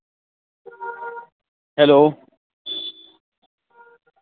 hello